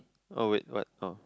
oh wait what oh